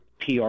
PR